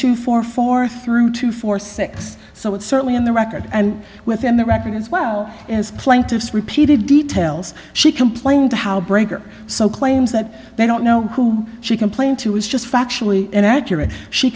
two for four through two for six so it's certainly on the record and within the record as well as plaintiff's repeated details she complained how breaker so claims that they don't know who she complained to was just factually inaccurate she